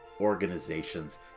organizations